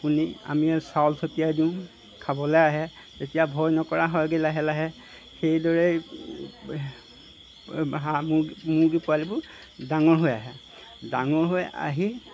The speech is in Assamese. শুনি আমি চাউল চতিয়াই দিওঁ খাবলৈ আহে তেতিয়া ভয় নকৰা হয়গৈ লাহে লাহে সেইদৰেই হাঁহ মুৰ্গী পোৱালিবোৰ ডাঙৰ হৈ আহে ডাঙৰ হৈ আহি